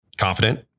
Confident